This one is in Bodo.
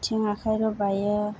आथिं आखाइ रुबाइयो